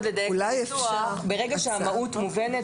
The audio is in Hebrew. ברגע שהמהות מובנת,